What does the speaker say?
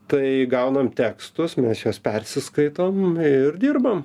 tai gaunam tekstus mes juos persiskaitom ir dirbam